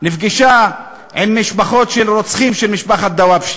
נפגשה עם משפחות הרוצחים של משפחת דוואבשה.